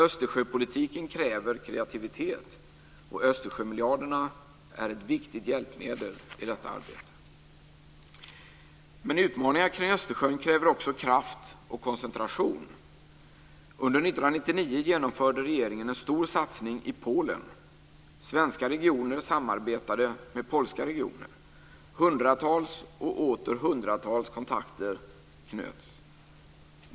Östersjöpolitiken kräver kreativitet, och Östersjömiljarderna är ett viktigt hjälpmedel i detta arbete. Men utmaningar kring Östersjön kräver också kraft och koncentration. Under 1999 genomförde regeringen en stor satsning i Polen. Svenska regioner samarbetade med polska regioner. Hundratals och åter hundratals kontakter knöts.